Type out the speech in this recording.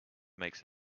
makes